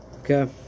Okay